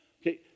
Okay